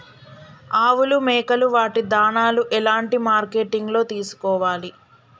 ఆవులు మేకలు వాటి దాణాలు ఎలాంటి మార్కెటింగ్ లో తీసుకోవాలి?